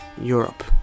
Europe